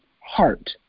heart